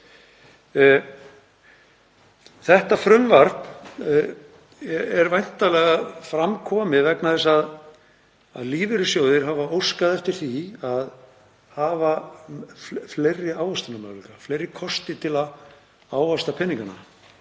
Þetta frumvarp er væntanlega fram komið vegna þess að lífeyrissjóðir hafa óskað eftir því að hafa fleiri ávöxtunarmöguleika, fleiri kosti til að ávaxta peningana.